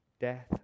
Death